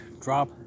drop